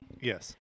Yes